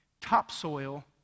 Topsoil